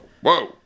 whoa